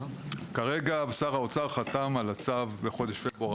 כרגע שר האוצר חתם על הצו בחודש פברואר.